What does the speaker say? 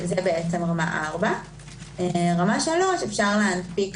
זה רמה 4. רמה 3 אפשר להנפיק